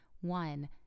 one